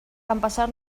empassar